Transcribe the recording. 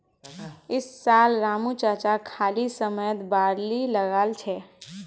इस साल रामू चाचा खाली समयत बार्ली लगाल छ